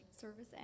service